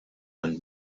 and